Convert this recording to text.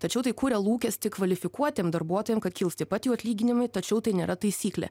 tačiau tai kuria lūkestį kvalifikuotiem darbuotojam kad kils taip pat jų atlyginimai tačiau tai nėra taisyklė